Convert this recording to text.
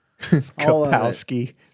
Kapowski